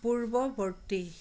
পূৰ্বৱৰ্তী